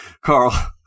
Carl